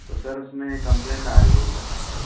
तो सर उसमें कंप्लेंट आ रही है सर आपकी